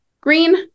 Green